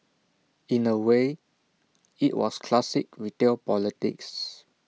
in A way IT was classic retail politics